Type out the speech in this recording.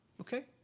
okay